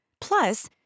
Plus